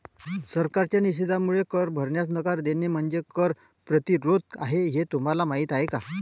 सरकारच्या निषेधामुळे कर भरण्यास नकार देणे म्हणजे कर प्रतिरोध आहे हे तुम्हाला माहीत आहे का